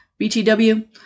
BTW